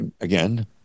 again